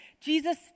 Jesus